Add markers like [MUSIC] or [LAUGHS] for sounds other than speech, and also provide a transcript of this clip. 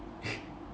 [LAUGHS]